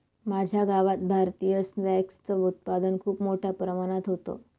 माझ्या गावात भारतीय स्क्वॅश च उत्पादन खूप मोठ्या प्रमाणात होतं